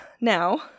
Now